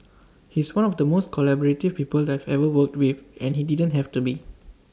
he's one of the most collaborative people I've ever worked with and he didn't have to be